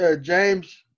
James